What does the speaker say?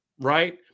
Right